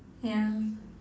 ya